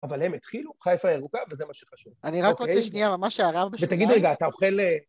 אבל הם התחילו, חיפה ירוקה, וזה מה שחשוב. אני רק רוצה שנייה ממש שערער בשבילי... ותגיד רגע, אתה אוכל...